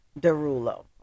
Derulo